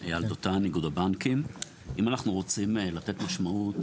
אם אנחנו רוצים לתת משמעות